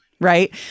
right